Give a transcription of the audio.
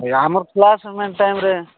ହେଲେ ଆମର ଛୁଆ ସମୟ ଟାଇମ୍ରେ